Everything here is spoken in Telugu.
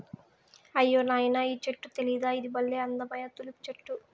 అయ్యో నాయనా ఈ చెట్టు తెలీదా ఇది బల్లే అందమైన తులిప్ చెట్టు